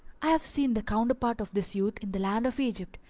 i have seen the counterpart of this youth in the land of egypt.